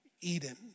Eden